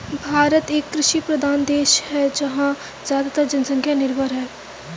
भारत एक कृषि प्रधान देश है यहाँ की ज़्यादातर जनसंख्या निर्भर है